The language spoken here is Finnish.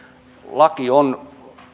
laki on